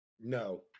No